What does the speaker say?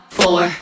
four